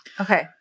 okay